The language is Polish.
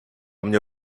mnie